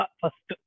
first